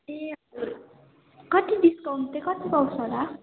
ए कति डिस्काउन्ट चाहिँ कति पाउँछ होला